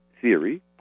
theory